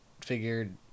figured